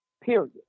Period